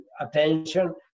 attention